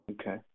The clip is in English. Okay